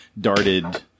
darted